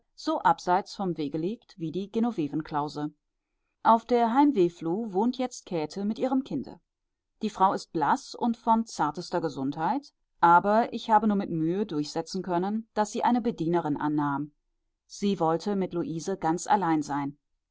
so abseits vom wege liegt wie die genovevenklause auf der heimwehfluh wohnt jetzt käthe mit ihrem kinde die frau ist blaß und von zartester gesundheit aber ich habe nur mit mühe durchsetzen können daß sie eine bedienerin annahm sie wollte mit luise ganz allein sein